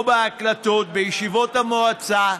או בהקלטות ישיבות המועצה,